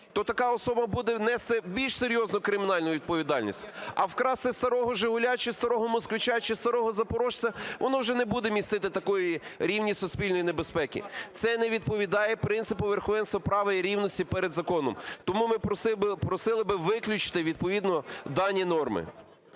то така особа буде нести більш серйозну кримінальну відповідальність, а вкрасти старого "Жигуля" чи старого "Москвича", чи старого "Запорожця" – воно вже не буде містити такого рівня суспільної небезпеки. Це не відповідає принципу верховенства права і рівності перед законом. Тому ми просили би виключити відповідно дані норми.